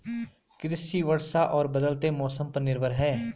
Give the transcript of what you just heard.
कृषि वर्षा और बदलते मौसम पर निर्भर है